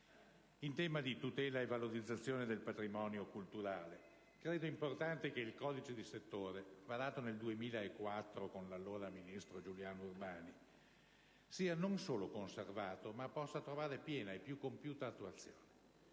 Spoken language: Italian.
In tema di tutela e di valorizzazione del patrimonio culturale, io credo sia importante che il codice di settore, varato nel 2004 con l'allora ministro Giuliano Urbani, non solo venga conservato, ma possa trovare piena e più compiuta attuazione.